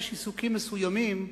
יש עיסוקים מסוימים,